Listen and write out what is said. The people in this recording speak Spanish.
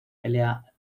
pelea